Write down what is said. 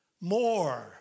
more